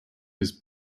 his